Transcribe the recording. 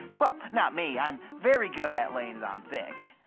well, not me. i'm very good at laying it on thick.